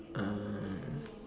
ah